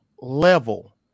level